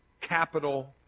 capital